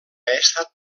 estat